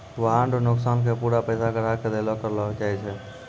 वाहन रो नोकसान के पूरा पैसा ग्राहक के देलो करलो जाय छै